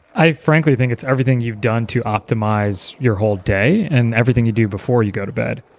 i frankly think it's everything you've done to optimize your whole day and everything you do before you go to bed.